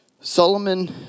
Solomon